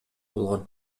болгон